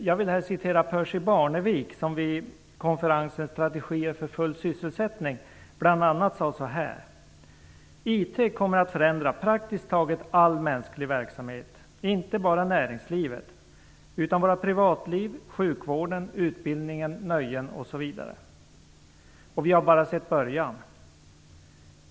Jag vill här citera Percy Barnevik som vid konferensen Strategier för full sysselsättning bl.a. sade så här: "IT kommer att förändra praktiskt taget all mänsklig verksamhet - inte bara näringslivet utan våra privatliv, sjukvården, utbildningen, nöjen osv. Och vi har bara sett början.